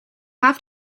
have